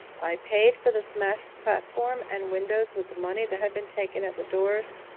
i paid for the smashed platform and windows with the money that had been taken at the doors,